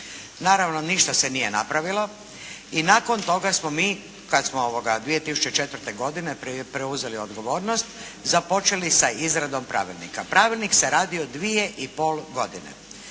Naravno, ništa se nije napravilo i nakon toga smo mi, kad smo 2004. godine preuzeli odgovornost, započeli sa izradom pravilnika. Pravilnik se radio dvije i pol godine.